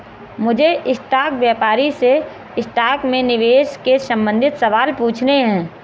मुझे स्टॉक व्यापारी से स्टॉक में निवेश के संबंधित सवाल पूछने है